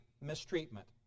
mistreatment